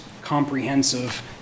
comprehensive